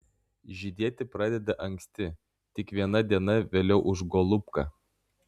žydėti pradeda anksti tik viena diena vėliau už golubką